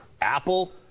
apple